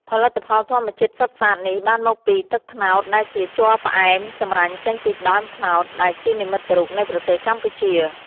ផលិតផលធម្មជាតិសុទ្ធសាធនេះបានមកពីទឹកត្នោតដែលជាជ័រផ្អែមចម្រាញ់ចេញពីដើមត្នោត ដែលជានិមិត្តរូបនៃប្រទេសកម្ពុជា។